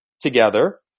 together